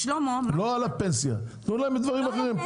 לא על הפנסיה; תנו להם בדברים אחרים.